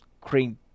cream